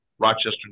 Rochester